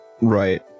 right